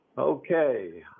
okay